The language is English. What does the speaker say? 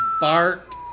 Bart